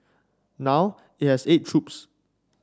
now it has eight troops